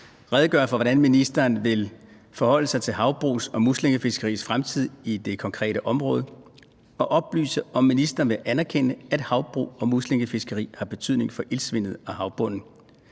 redegøre for, hvordan ministeren vil forholde sig til havbrugs og muslingefiskeris fremtid i det konkrete område, og oplyse, om ministeren vil anerkende, at havbrug og muslingefiskeri har betydning for iltsvindet og havbunden,